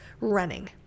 running